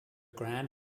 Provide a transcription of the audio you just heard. grand